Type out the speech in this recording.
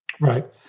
Right